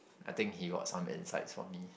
I think he got some insights for me